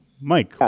Mike